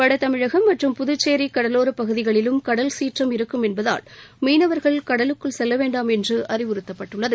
வட தமிழகம் மற்றம் புதுச்சேரி கடலோரப் பகுதிகளிலும் கடல் சீற்றம் இருக்கும் என்பதால் மீனவர்கள் கடலுக்கு செல்ல வேண்டாம் என்று அறிவுறுத்தப்பட்டுள்ளது